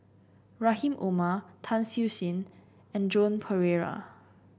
Rahim Omar Tan Siew Sin and Joan Pereira